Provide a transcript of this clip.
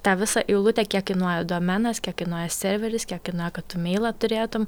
tą visą eilutę kiek kainuoja domenas kiek kainuoja serveris kiek kainuoja kad tu meilą turėtum